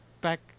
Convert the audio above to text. Back